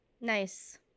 Nice